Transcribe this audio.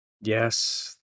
Yes